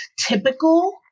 typical